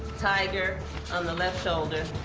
tiger um the left shoulder. oh,